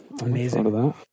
Amazing